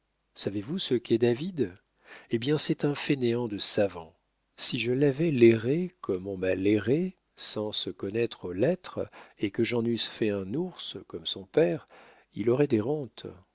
savez-vous ce qu'est david eh bien c'est un fainéant de savant si je l'avais lairré comme on m'a lairré sans se connaître aux lettres et que j'en eusse fait un ours comme son père il aurait des rentes